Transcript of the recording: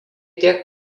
tiek